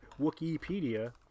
Wikipedia